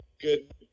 good